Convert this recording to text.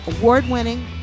award-winning